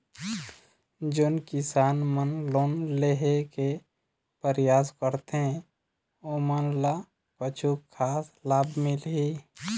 जोन किसान मन लोन लेहे के परयास करथें ओमन ला कछु खास लाभ मिलही?